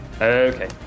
Okay